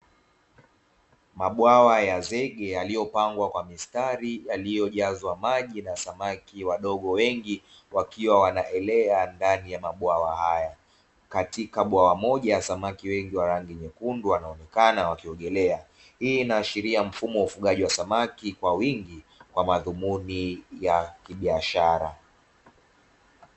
Mabwawa ya zege yaliyopangwa kwa mistari yaliyojazwa maji na samaki wadogo wengi wakiwa wanaelea ndani ya mabwawa haya. Katika bwawa moja, samaki wengi wa rangi nyekundu wanaonekana wakiongelea. Hii inaashiria mfumo wa ufugaji wa samaki kwa wingi kwa madhumuni ya kibiashara.